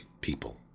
people